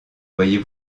voyez